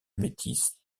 métis